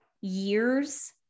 years